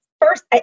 first